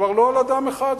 כבר לא על אדם אחד.